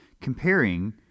comparing